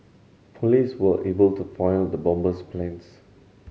police were able to foil the bomber's plans